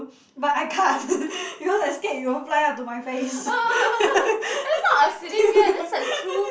but I can't because I scared you will fly up to my face